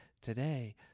today